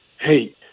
hey